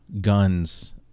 guns